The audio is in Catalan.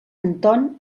anton